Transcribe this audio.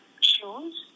shoes